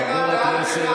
חבר הכנסת,